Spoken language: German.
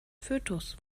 fötus